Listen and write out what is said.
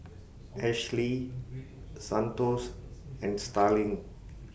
Ashlee Santos and Starling